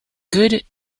good